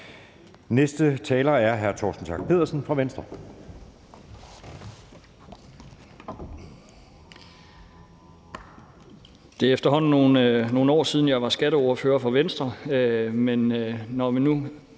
12:03 (Ordfører) Torsten Schack Pedersen (V): Det er efterhånden nogle år siden, jeg var skatteordfører for Venstre, men når vi nu